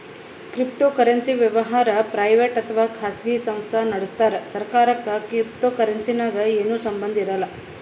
cryptocurrency ವ್ಯವಹಾರ್ private ಅಥವಾ ಖಾಸಗಿ ಸಂಸ್ಥಾ ನಡಸ್ತಾರ್ ಸರ್ಕಾರಕ್ಕ್ ಕ್ರಿಪ್ಟೋಕರೆನ್ಸಿಗ್ ಏನು ಸಂಬಂಧ್ ಇರಲ್ಲ್